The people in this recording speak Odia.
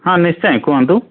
ହଁ ନିଶ୍ଚୟ କୁହନ୍ତୁ